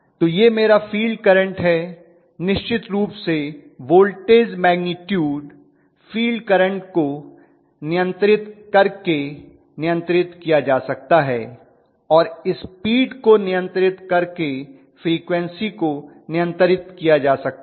तो यह मेरा फील्ड करंट है निश्चित रूप से वोल्टेज मैग्निटूड फील्ड करंट को नियंत्रित करके नियंत्रित किया जा सकता है और स्पीड को नियंत्रित करके फ्रीक्वन्सी को नियंत्रित किया जा सकता है